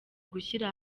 gushyira